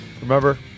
remember